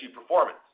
performance